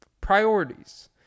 priorities